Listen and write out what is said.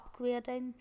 upgrading